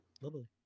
lovely